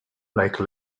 like